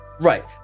Right